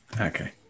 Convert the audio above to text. Okay